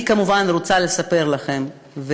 אני כמובן רוצה לספר לכם,